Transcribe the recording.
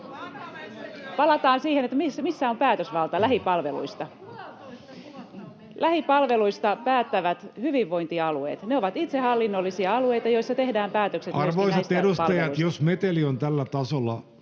Palataan siihen, missä on päätösvalta lähipalveluista. Lähipalveluista päättävät hyvinvointialueet. Ne ovat itsehallinnollisia alueita, joissa tehdään päätökset myöskin näistä palveluista. Palaan